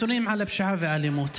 נתונים על הפשיעה והאלימות.